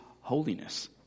holiness